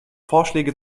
vorschläge